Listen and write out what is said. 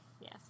Yes